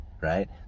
right